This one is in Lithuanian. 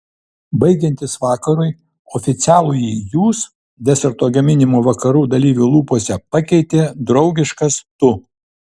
baigiantis vakarui oficialųjį jūs deserto gaminimo vakarų dalyvių lūpose pakeitė draugiškas tu